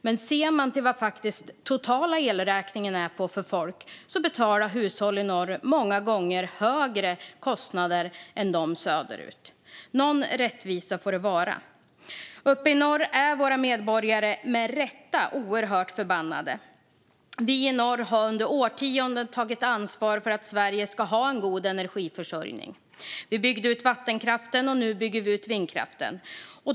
Men om man ser till vad den totala elräkningen uppgår till för folk ser man att hushåll i norr många gånger betalar högre kostnader än de söderut. Någon rättvisa får det vara! Uppe i norr är våra medborgare med rätta oerhört förbannade. Vi i norr har under årtionden tagit ansvar för att Sverige ska ha en god energiförsörjning. Vi byggde ut vattenkraften, och nu bygger vi ut vindkraften.